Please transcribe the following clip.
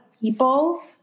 people